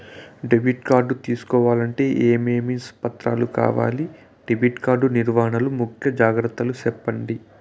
Debit card తీసుకోవాలంటే ఏమేమి పత్రాలు కావాలి? డెబిట్ కార్డు నిర్వహణ లో ముఖ్య జాగ్రత్తలు సెప్పండి?